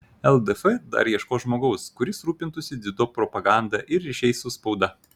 ldf dar ieškos žmogaus kuris rūpintųsi dziudo propaganda ir ryšiais su spauda